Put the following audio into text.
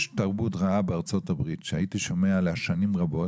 יש תרבות רעה בארצות הברית - הייתי שומע עליה שנים רבות